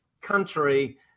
country